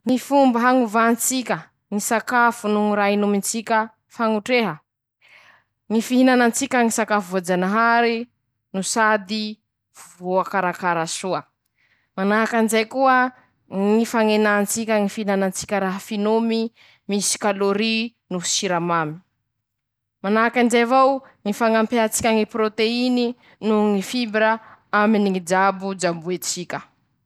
Ñ'amiko manokany aloha tsy mifañova ñy ronono, ndra ñy ronono bakaminy ñy biby, handraky moa ñy ronono tsy bakaminy ñy biby :ñy ronono raiky avao, tsy mañova ino zao, lafa teña ro mijabo aze lafa ronono avao ñ'añarane la ronono, tsy raha mampiova ino ñy tsy maha rononom-biby azy.